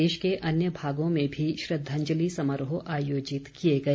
प्रदेश के अन्य भागों में भी श्रद्धांजलि समारोह आयोजित किए गए